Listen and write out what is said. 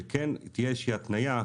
שכן תהיה איזו שהיא התניה,